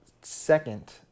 second